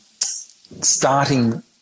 starting